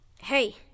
Hey